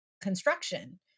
construction